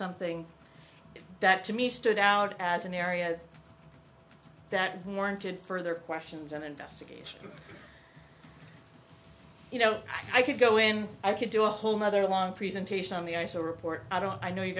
something that to me stood out as an area that warranted further questions and investigation you know i could go in i could do a whole nother long presentation on the ice so report i don't i know you